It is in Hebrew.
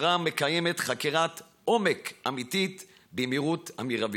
מקיימת חקירת עומק אמיתית במהירות המרבית.